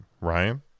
Ryan